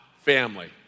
Family